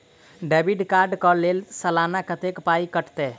Debit card कऽ लेल सलाना कत्तेक पाई कटतै?